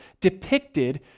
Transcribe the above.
depicted